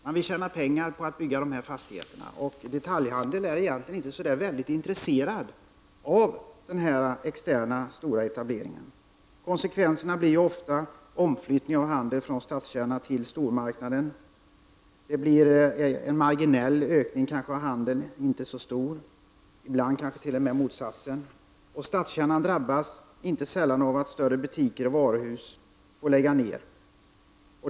Man vill tjäna pengar på att bygga dessa fastigheter. Detaljhandeln är egentligen inte så värst intresserad av den externa, stora etableringen. Konsekvenserna blir ofta omflyttning av handeln från stadskärnan till stormarknaden. Det blir en marginell ökning av handeln, ibland kanske t.o.m. motsatsen. Stadskärnan drabbas inte sällan av att större butiker och varuhus får läggas ned.